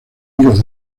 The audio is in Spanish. amigos